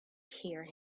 hear